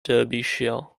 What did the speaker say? derbyshire